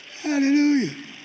Hallelujah